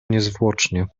niezwłocznie